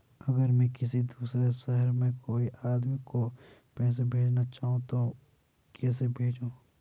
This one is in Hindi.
अगर मैं किसी दूसरे शहर में कोई आदमी को पैसे भेजना चाहूँ तो कैसे भेजूँ?